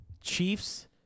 Chiefs